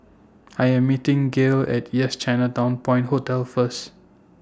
I Am meeting Gale At Yes Chinatown Point Hotel First